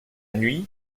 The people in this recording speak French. nuit